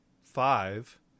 five